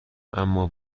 اما